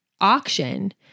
auction